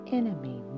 enemy